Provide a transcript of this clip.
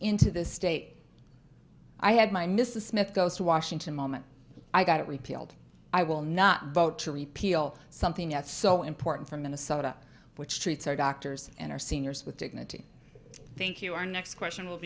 into the state i had my mrs smith goes to washington moment i got it repealed i will not vote to repeal something that's so important for minnesota which treats our doctors and our seniors with dignity thank you our next question w